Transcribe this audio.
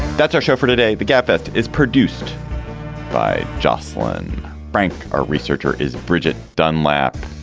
that's our show for today. the gabfest is produced by jocelyn frank. our researcher is bridget dunlap